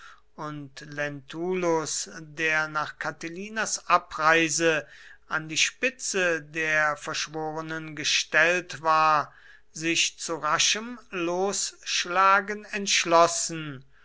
und lentulus der nach catilinas abreise an die spitze der verschworenen gestellt war sich zu raschem losschlagen entschlossen